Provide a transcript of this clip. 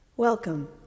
Welcome